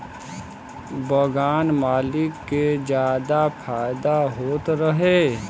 बगान मालिक के जादा फायदा होत रहे